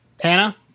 Hannah